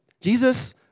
Jesus